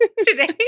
Today